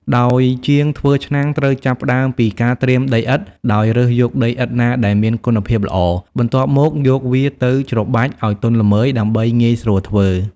ដោយជាងធ្វើឆ្នាំងត្រូវចាប់ផ្ដើមពី ការត្រៀមដីឥដ្ឋ ដោយរើសយកដីឥដ្ឋណាដែលមានគុណភាពល្អ បន្ទាប់មកយកវាទៅច្របាច់ឲ្យទន់ល្មើយដើម្បីងាយស្រួលធ្វើ។